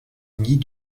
unis